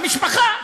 במשפחה.